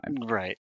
Right